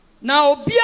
Now